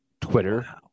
Twitter